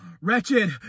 Wretched